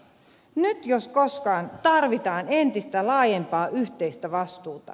nyt jos koskaan tarvitaan entistä laajempaa yhteistä vastuuta